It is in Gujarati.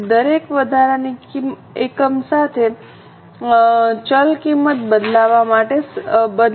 તેથી દરેક વધારાની એકમ સાથે ચલ કિંમત બદલવા માટે સેટ છે